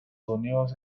unidos